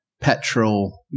petrol